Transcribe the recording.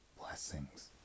Blessings